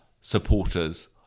supporters